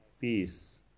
peace